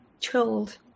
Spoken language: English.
chilled